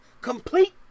Complete